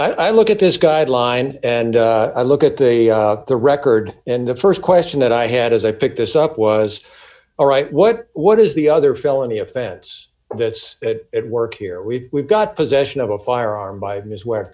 ok i look at this guideline and i look at the the record and the st question that i had as i picked this up was all right what what is the other felony offense that's at work here we've we've got possession of a firearm by ms where